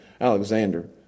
Alexander